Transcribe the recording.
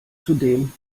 zudem